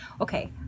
okay